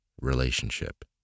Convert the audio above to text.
relationship